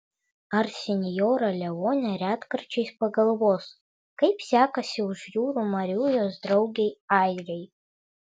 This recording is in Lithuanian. ar sinjora leonė retkarčiais pagalvos kaip sekasi už jūrų marių jos draugei airei